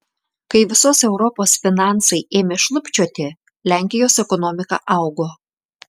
kai visos europos finansai ėmė šlubčioti lenkijos ekonomika augo